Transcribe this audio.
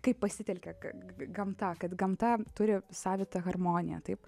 kaip pasitelkia gamta kad gamta turi savitą harmoniją taip